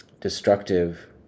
destructive